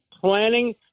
planning